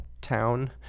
Town